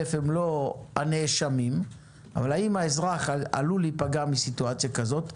הם לא הנאשמים אבל אם האזרח עלול להיפגע מסיטואציה כזאת,